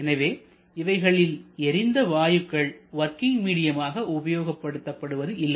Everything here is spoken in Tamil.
எனவே இவைகளில் எரிந்த வாயுக்கள் வொர்கிங் மீடியமாக உபயோகப்படுத்தப்படுவது இல்லை